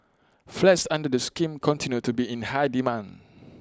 flats under the scheme continue to be in high demand